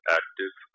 active